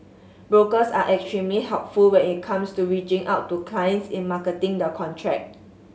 brokers are extremely helpful when it comes to reaching out to clients in marketing the contract